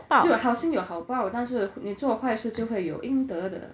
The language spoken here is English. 对好心有好报但是你做坏事就会有应得的